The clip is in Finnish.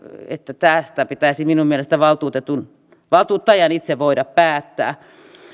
että tästä pitäisi minun mielestäni valtuuttajan itse voida päättää